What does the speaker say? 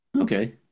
Okay